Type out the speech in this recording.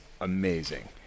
amazing